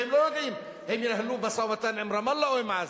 והם לא יודעים אם הם ינהלו משא-ומתן עם רמאללה או עם עזה.